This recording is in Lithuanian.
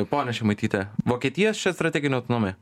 ponia šimaityte vokietijos čia strateginė autonomija